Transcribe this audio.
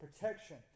protection